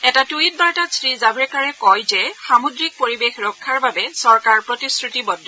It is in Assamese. এটা টুইট বাৰ্তাত শ্ৰীজাভাড়েকাৰে কয় যে সামুদ্ৰিক পৰিৱেশ ৰক্ষাৰ বাবে চৰকাৰ প্ৰতিশ্ৰতিবদ্ধ